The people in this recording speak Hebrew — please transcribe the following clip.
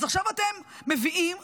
אז עכשיו אתם מביאים